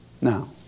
Now